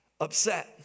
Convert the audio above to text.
upset